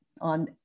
on